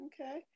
okay